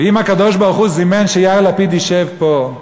ואם הקדוש-ברוך-הוא זימן שיאיר לפיד ישב פה,